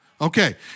Okay